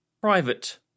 private